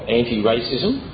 anti-racism